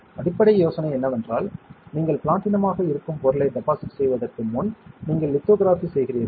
அடிப்படை யோசனை என்னவென்றால் நீங்கள் பிளாட்டினமாக இருக்கும் பொருளை டெபாசிட் செய்வதற்கு முன் நீங்கள் லித்தோகிராஃபி செய்கிறீர்கள்